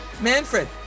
Manfred